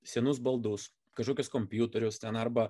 senus baldus kažkokius kompiuterius ten arba